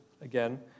again